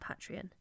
Patreon